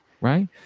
Right